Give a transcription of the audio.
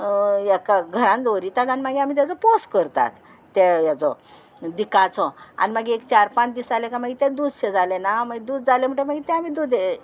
हाका घरान दवरितात आनी मागीर आमी तेजो पोस करतात तें हेजो दिखाचो आनी मागीर एक चार पांच दीस जाले काय मागीर तें दूदशें जालें ना मागीर दूद जालें म्हणटगीर मागीर तें आमी दूद